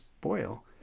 boil